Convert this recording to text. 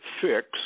fix